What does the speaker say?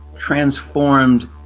transformed